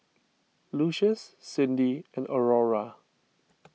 Lucius Cyndi and Aurora